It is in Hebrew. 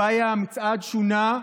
תוואי המצעד שונה,